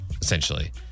essentially